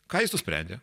ką jis nusprendė